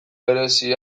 berezi